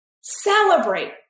Celebrate